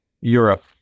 Europe